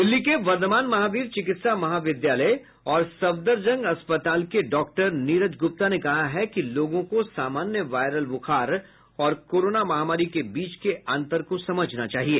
दिल्ली के वर्धमान महावीर चिकित्सा महाविद्यालय और सफदरजंग अस्पताल के डॉक्टर नीरज गुप्ता ने कहा है कि लोगों को सामान्य वायरल ब्रुखार और कोरोना महामारी के बीच के अंतर को समझना चाहिए